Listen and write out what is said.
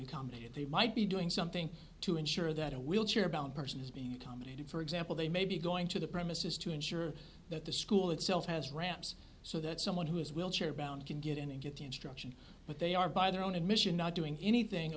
accommodated they might be doing something to ensure that a wheelchair bound person is being accommodated for example they may be going to the premises to ensure that the school itself has ramps so that someone who is will chair bound can get in and get the instruction but they are by their own admission not doing anything